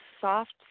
soft